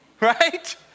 Right